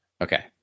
okay